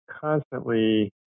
constantly